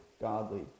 godly